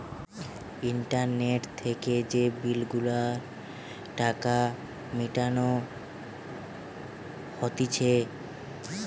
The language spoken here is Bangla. ইন্টারনেট থেকে যে বিল গুলার টাকা মিটানো হতিছে